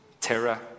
terror